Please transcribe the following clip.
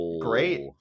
Great